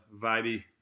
vibey